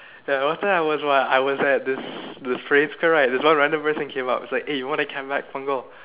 ya last time I was what I was at this this this random person came up eh you want a